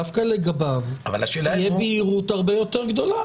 דווקא לגביו תהיה בהירות הרבה יותר גדולה.